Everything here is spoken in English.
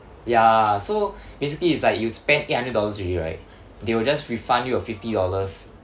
ya so basically it's like you spend eight hundred dollars already right they will just refund you a fifty dollars